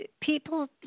people